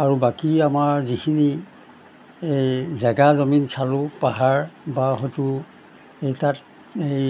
আৰু বাকী আমাৰ যিখিনি এই জেগা জমিন চালোঁ পাহাৰ বা হয়টো এই তাত এই